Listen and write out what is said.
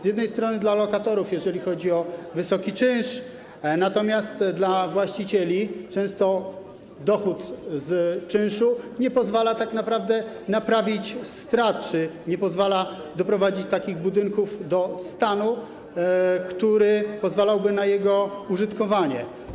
Z jednej strony dla lokatorów, jeżeli chodzi o wysoki czynsz, a z drugiej strony dla właścicieli, ponieważ często dochód z czynszu nie pozwala tak naprawdę naprawić strat czy nie pozwala doprowadzić takich budynków do stanu, który pozwalałby na ich użytkowanie.